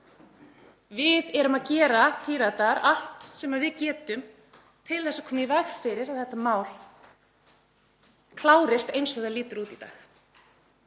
Við Píratar erum að gera allt sem við getum til að koma í veg fyrir að þetta mál klárist eins og það lítur út í dag.